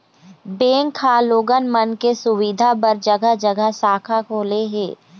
bank ह लोगन मन के सुबिधा बर जघा जघा शाखा खोले हे